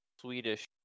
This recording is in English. Swedish